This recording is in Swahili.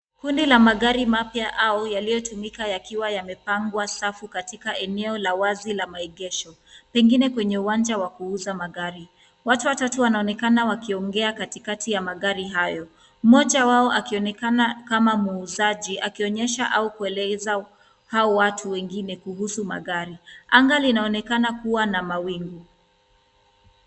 Kundi la magari mapya au yalitumika yakiwa yamepangwa safu katika eneo la wazi la maegesho pengien kwenye uwanja wa kuuza magari. Watu watatu wanaonekana wakiongea katikati ya magari hayo, mmoja wao akionekana kama muuzaji akionyesha au kueleza hao watu wengine kuhusu magari. Anga linaonekana kuwa na mawingu.